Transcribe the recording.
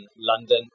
London